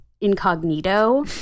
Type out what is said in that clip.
incognito